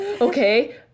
okay